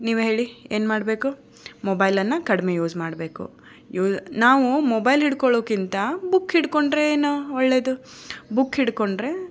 ನೀವು ಹೇಳಿ ಏನು ಮಾಡಬೇಕು ಮೊಬೈಲನ್ನು ಕಡಿಮೆ ಯೂಸ್ ಮಾಡಬೇಕು ಯೂ ನಾವು ಮೊಬೈಲ್ ಹಿಡ್ಕೊಳೋಕ್ಕಿಂತ ಬುಕ್ ಹಿಡ್ಕೊಂಡರೆ ಏನು ಒಳ್ಳೆಯದು ಬುಕ್ ಹಿಡ್ಕೊಂಡರೆ